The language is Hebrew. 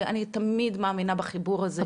ואני תמיד מאמינה בחיבור הזה,